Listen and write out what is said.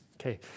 Okay